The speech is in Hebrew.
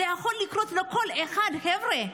זה יכול לקרות לכל אחד, חבר'ה.